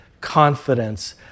confidence